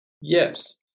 yes